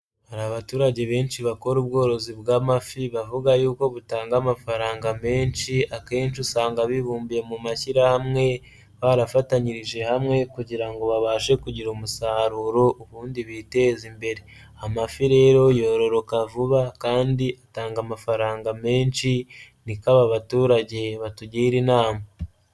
Hari abaturage benshi bakora ubworozi bw'amafi bavuga yuko butanga amafaranga menshi, akenshi usanga bibumbiye mu mashyirahamwe barafatanyirije hamwe kugira ngo babashe kugira umusaruro ubundi biteza imbere, amafi rero yororoka vuba kandi atanga amafaranga menshi niko aba baturage batugira inama.